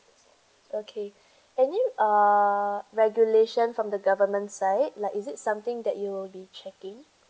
okay uh regulation from the government side like is it something that it'll be checking